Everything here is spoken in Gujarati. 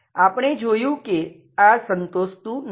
આપણે જોયું કે આ સંતોષતું નથી